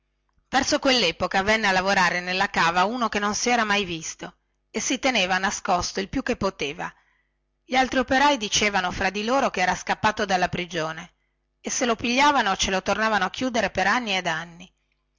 verso quellepoca venne a lavorare nella cava uno che non sera mai visto e si teneva nascosto il più che poteva gli altri operai dicevano fra di loro che era scappato dalla prigione e se lo pigliavano ce lo tornavano a chiudere per